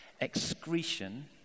excretion